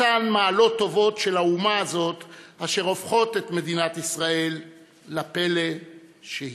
אותן מעלות טובות של האומה הזאת אשר הופכות את מדינת ישראל לפלא שהיא.